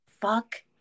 fuck